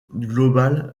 global